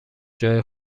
جای